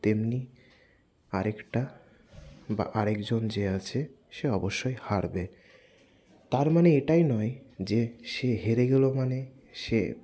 তেমনি আরেকটা বা আরেকজন যে আছে সে অবশ্যই হারবে তারমানে এটাই নয় যে সে হেরে গেলো মানে সে